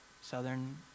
southern